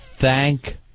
thank